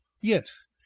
yes